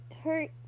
hurt